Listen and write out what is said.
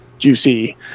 juicy